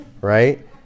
right